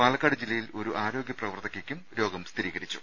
പാലക്കാട് ജില്ലയിൽ ഒരു ആരോഗ്യ പ്രവർത്തകയ്ക്കും രോഗം സ്ഥിരീകരിച്ചു